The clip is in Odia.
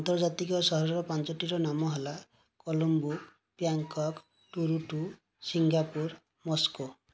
ଆନ୍ତର୍ଜାତିକ ସହରର ପାଞ୍ଚଟିର ନାମ ହେଲା କଲମ୍ବୋ ବ୍ୟାଂକକ୍ ତୁର୍କ ସିଙ୍ଗାପୁର ମସ୍କୋ